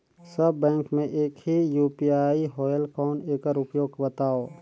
सब bank मे एक ही यू.पी.आई होएल कौन एकर उपयोग बताव?